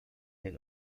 den